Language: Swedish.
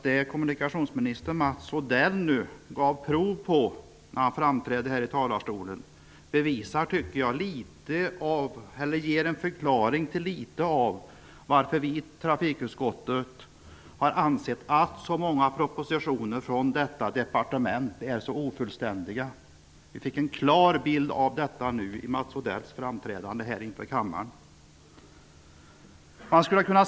Det kommunikationsminister Mats Odell sade ger en viss förklaring till varför vi i trafikutskottet har ansett att så många propositioner från Kommunikationsdepartementet är så ofullständiga. Vi fick en klar bild av detta genom Mats Odells framträdande här i kammaren.